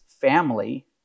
family